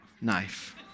knife